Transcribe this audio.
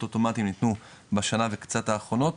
אוטומטיים ניתנו בשנה וקצת האחרונות,